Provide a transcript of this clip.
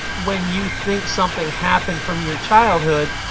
when you think something happened from your childhood